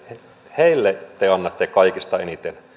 heille te annatte kaikista eniten